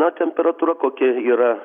na temperatūra kokia yra